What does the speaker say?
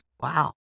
Wow